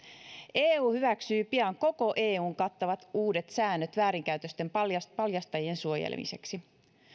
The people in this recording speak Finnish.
eu hyväksyy pian koko eun kattavat uudet säännöt väärinkäytösten paljastajien suojelemiseksi